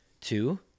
Two